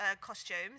costumes